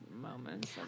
moments